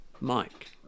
Mike